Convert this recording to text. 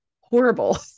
horrible